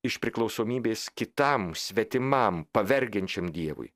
iš priklausomybės kitam svetimam pavergiančiam dievui